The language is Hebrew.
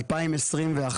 2021,